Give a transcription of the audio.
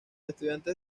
estudiantes